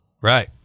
Right